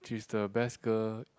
she is the best girl